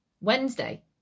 Wednesday